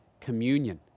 communion